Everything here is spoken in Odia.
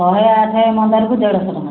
ଶହେ ଆଠ ମନ୍ଦାରକୁ ଦେଢ଼ ଶହ ଟଙ୍କା